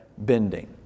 bending